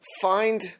find